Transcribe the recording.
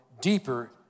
deeper